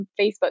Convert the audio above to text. Facebook